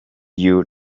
you